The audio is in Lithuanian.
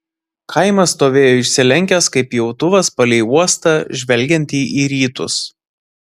kaimas stovėjo išsilenkęs kaip pjautuvas palei uostą žvelgiantį į rytus